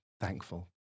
thankful